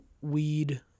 weed